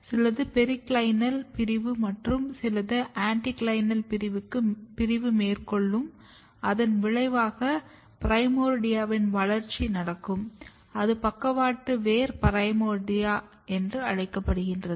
சிலது பெரிக்ளைனல் பிரிவும் மற்றும் சிலது ஆன்டிக்ளைனல் பிரிவும் மேற்கொள்ளும் அதன் விளைவாக பிரைமோர்டியாவின் வளர்ச்சி நடக்கும் அது பக்கவாட்டு வேர் பிரைமோர்ர்டியா என்று அழைக்கப்படுகிறது